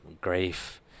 grief